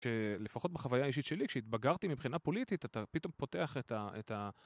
שלפחות בחוויה האישית שלי, כשהתבגרתי מבחינה פוליטית, אתה פתאום פותח את ה...